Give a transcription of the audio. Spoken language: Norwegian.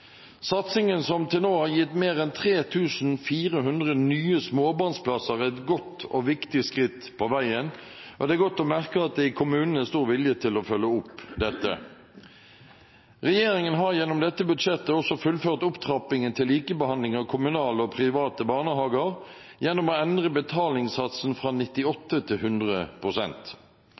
Satsingen som til nå har gitt mer enn 3 400 nye småbarnsplasser, er et godt og viktig skritt på veien, og det er godt å merke at det i kommunene er stor vilje til å følge opp dette. Regjeringen har gjennom dette budsjettet også fullført opptrappingen til likebehandling av kommunale og private barnehager gjennom å endre betalingssatsen fra